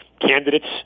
candidates